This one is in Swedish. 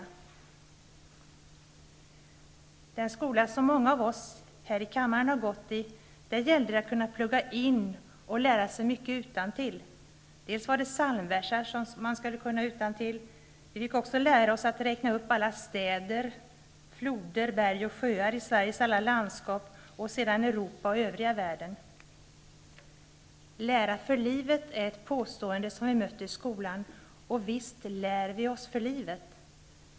I den skola som många av oss här i kammaren har gått i, gällde det att kunna plugga in och lära sig mycket utantill. Det var psalmverser som man skulle kunna utantill. Vi fick också lära oss att räkna upp alla städer, floder, berg och sjöar i Sveriges alla landskap och sedan i Europa och övriga världen. Lära för livet är ett uttryck som vi har mött i skolan, och visst lär vi för livet.